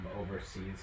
overseas